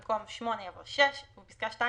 במקום "8" יבוא "6"; בפסקה (2),